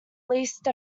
least